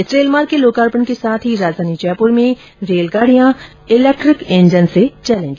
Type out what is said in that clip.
इस रेल मार्ग के लोकार्पण के साथ ही राजधानी जयपुर में रेलगाड़ियां इलेक्ट्रिक इंजन से चलेंगी